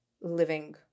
living